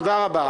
תודה רבה.